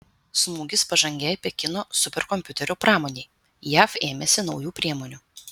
smūgis pažangiai pekino superkompiuterių pramonei jav ėmėsi naujų priemonių